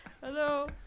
Hello